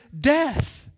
death